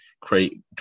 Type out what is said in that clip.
create